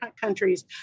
countries